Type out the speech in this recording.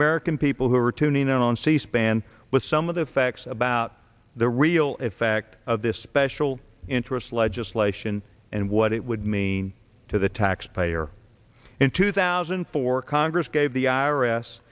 american people who are tuning in on cspan with some of the facts about the real effect of this special interest legislation and what it would mean to the taxpayer in two thousand and four congress gave the i